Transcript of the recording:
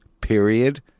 Period